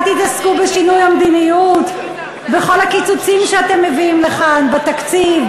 תתעסקו בשינוי המדיניות וכל הקיצוצים שאתם מביאים לכאן בתקציב,